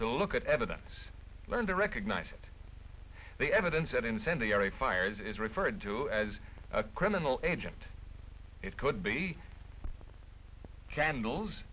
to look at evidence learn to recognize that the evidence that incendiary fires is referred to as a criminal agent it could be candles